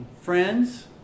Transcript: friends